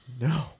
No